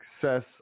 success